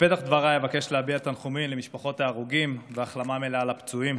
בפתח דבריי אבקש להביע תנחומים למשפחות ההרוגים והחלמה מלאה לפצועים.